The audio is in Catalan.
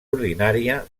ordinària